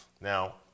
Now